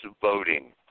voting